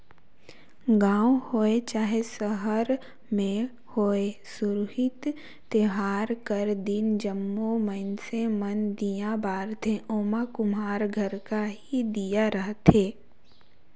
गाँव होए चहे सहर में होए सुरहुती तिहार कर दिन जम्मो मइनसे मन दीया बारथें ओमन कुम्हार घर कर ही दीया रहथें